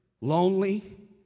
lonely